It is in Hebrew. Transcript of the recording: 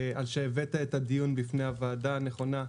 על שהבאת את הדיון בפני הוועדה הנכונה.